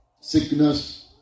sickness